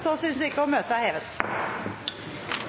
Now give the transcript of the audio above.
Så synes ikke, og møtet er hevet.